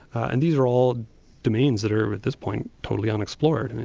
and these are all domains that are at this point totally unexplored, i mean,